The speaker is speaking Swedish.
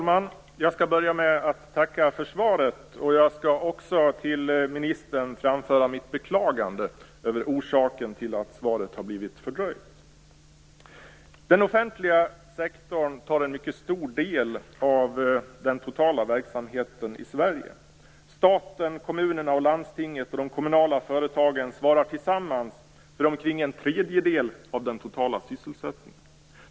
Fru talman! Jag börjar med att tacka för svaret, och till ministern framföra mitt beklagande över orsaken till att svaret har blivit fördröjt. Den offentliga sektorn upptar en mycket stor del av den totala verksamheten i Sverige. Staten, kommunerna, landstingen och de kommunala företagen svarar tillsammans för omkring en tredjedel av den totala sysselsättningen.